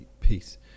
peace